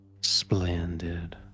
Splendid